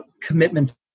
commitments